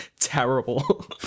terrible